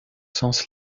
sens